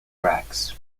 racks